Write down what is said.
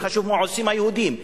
חשוב מה עושים היהודים,